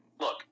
Look